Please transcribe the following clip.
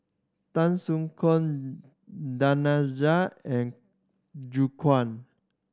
Tan Soo Khoon Danaraj and Gu Kuan